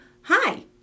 hi